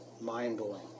mind-blowing